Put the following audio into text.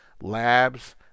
Labs